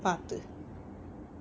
but